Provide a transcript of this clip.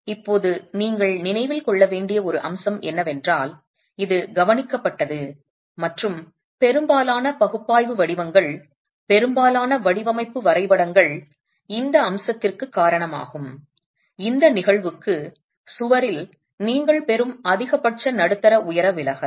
இப்போது நீங்கள் நினைவில் கொள்ள வேண்டிய ஒரு அம்சம் என்னவென்றால் இது கவனிக்கப்பட்டது மற்றும் பெரும்பாலான பகுப்பாய்வு வடிவங்கள் பெரும்பாலான வடிவமைப்பு வரைபடங்கள் இந்த அம்சத்திற்குக் காரணமாகும் இந்த நிகழ்வுக்கு சுவரில் நீங்கள் பெறும் அதிகபட்ச நடுத்தர உயர விலகல்